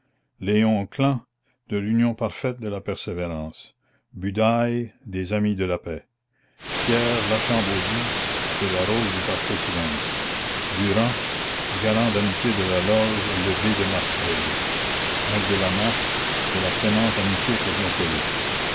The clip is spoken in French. klein de l'union parfaite de la persévérance budaille des amis de la paix pierre lachambeaudie de la rose du parfait silence durand garant d'amitié de la loge le b de marseille magdelenas de la clémente amitié